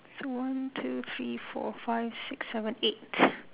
one two three four five six seven eight